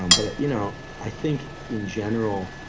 um but you know, i think in general,